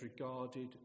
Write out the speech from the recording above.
regarded